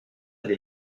des